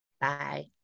Bye